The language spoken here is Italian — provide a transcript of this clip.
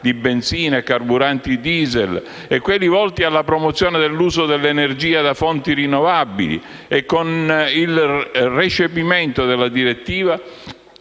di benzina e carburanti *diesel*, con quelli volti alla promozione dell'uso dell'energia da fonti rinnovabili e con il recepimento della direttiva